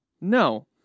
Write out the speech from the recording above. No